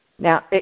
Now